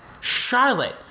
Charlotte